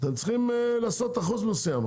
אתם צריכים לעשות אחוז מסוים,